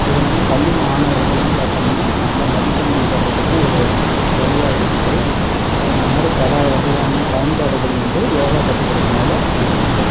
இதனால் பள்ளி மாணவர்களும் பார்த்தோம்னா நல்ல மதிப்பெண்கள் பெறதுக்கும் ஒரு வழியாக இருக்குது இந்த மாதிரி பல வகையான பயன்பாடுகள் வந்து யோகா கற்றுக்கிறதுனால இருக்குது